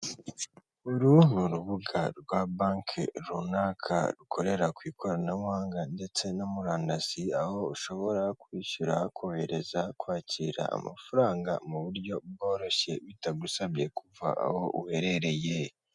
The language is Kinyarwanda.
Uru ni urubuga rwa banke runaka. Rukorera ku ikoranabuhanga ndetse na murandasi, aho ushobora kubishyura, hakohereza, kwakira amafaranga mu buryo bworoshye, bitagusabye kuva aho uherereye.